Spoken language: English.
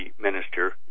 minister